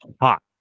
hot